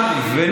בושה.